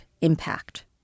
Impact